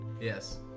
Yes